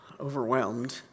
overwhelmed